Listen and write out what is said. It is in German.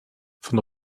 von